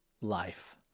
life